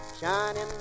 shining